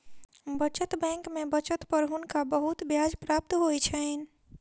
बचत बैंक में बचत पर हुनका बहुत ब्याज प्राप्त होइ छैन